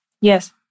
Yes